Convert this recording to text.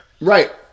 right